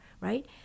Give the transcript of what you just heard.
right